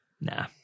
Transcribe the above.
Nah